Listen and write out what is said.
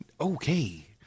Okay